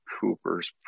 Coopers